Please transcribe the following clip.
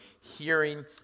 hearing